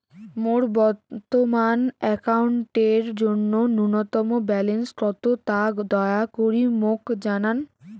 মোর বর্তমান অ্যাকাউন্টের জন্য ন্যূনতম ব্যালেন্স কত তা দয়া করি মোক জানান